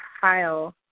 Kyle